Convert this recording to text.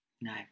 No